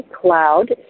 cloud